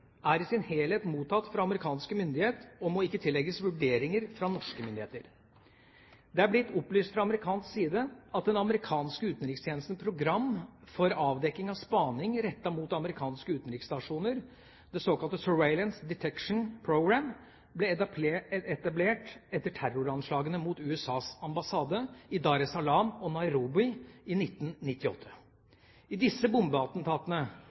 er i sin helhet mottatt fra amerikanske myndigheter og må ikke tillegges vurderinger fra norske myndigheter. Det er blitt opplyst fra amerikansk side at den amerikanske utenrikstjenestens program for avdekking av spaning rettet mot amerikanske utenriksstasjoner, det såkalte Surveillance Detection – SD – Program, ble etablert etter terroranslagene mot USAs ambassade i Dar-es-Salaam og Nairobi i 1998. I disse